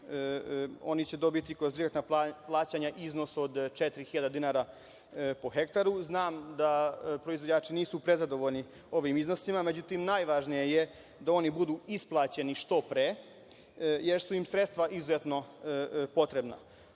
oni će dobiti kroz direktna plaćanja iznos od četiri hiljade dinara po hektaru. Znam da proizvođači nisu prezadovoljni ovim iznosima, međutim, najvažnije je da oni budu isplaćeni što pre, jer su im sredstva izuzetno potrebna. Pored